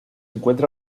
encuentra